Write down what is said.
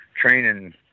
training